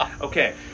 Okay